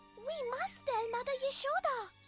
we must tell mother yashoda.